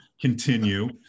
continue